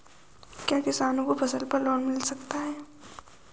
क्या किसानों को फसल पर लोन मिल सकता है?